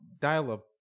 dial-up